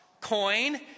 coin